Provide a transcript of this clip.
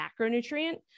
macronutrient